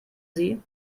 sie